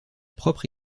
propre